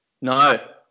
no